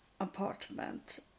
apartment